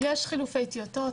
יש חילופי טיוטות,